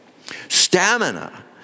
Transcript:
Stamina